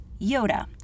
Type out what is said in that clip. Yoda